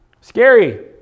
Scary